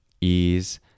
ease